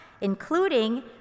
including